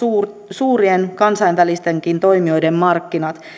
suurien kansainvälistenkin toimijoiden markkinat